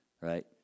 right